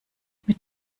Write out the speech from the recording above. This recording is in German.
mit